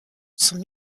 sont